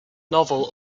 novel